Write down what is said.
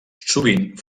sovint